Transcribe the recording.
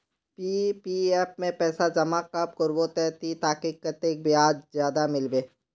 PPF में पैसा जमा कब करबो ते ताकि कतेक ब्याज ज्यादा मिलबे?